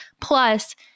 Plus